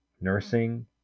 Nursing